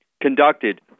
conducted